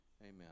Amen